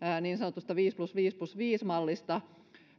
niin sanotusta viisi plus viisi plus viisi mallista